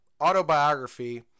autobiography